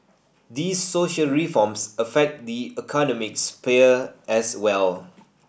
these social reforms affect the economic sphere as well